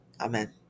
Amen